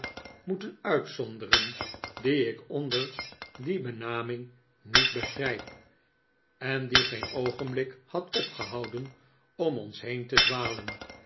moeten uitzonderen dien ik onder die benaming niet begrijp en die geen oogenblik had opgehouden om ons heen te dwalen